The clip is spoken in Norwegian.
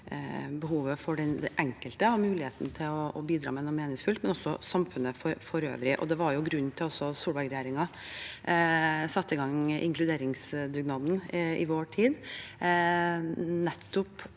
behovet til den enkelte og muligheten til å bidra med noe meningsfullt og behovet i samfunnet for øvrig. Det var grunnen til at Solberg-regjeringen satte i gang inkluderingsdugnaden i vår tid,